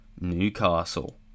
Newcastle